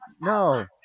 No